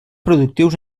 productius